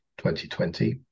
2020